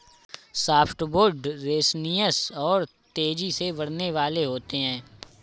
softwood resinous और तेजी से बढ़ने वाले होते हैं